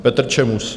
Petr Čemus.